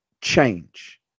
change